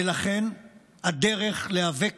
ולכן הדרך להיאבק